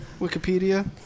Wikipedia